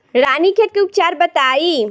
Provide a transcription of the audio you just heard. रानीखेत के उपचार बताई?